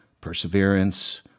perseverance